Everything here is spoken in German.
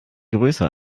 größer